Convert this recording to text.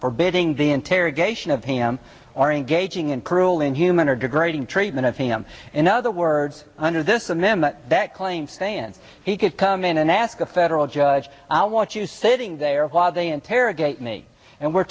forbidding the interrogation of him or engaging in cruel inhuman or degrading treatment of him in other words under this and then that claim stand he could come in and ask a federal judge i want you sitting there while they interrogate me and we're